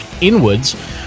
inwards